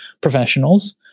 professionals